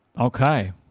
Okay